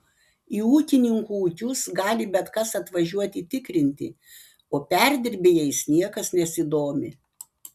į ūkininkų ūkius gali bet kas atvažiuoti tikrinti o perdirbėjais niekas nesidomi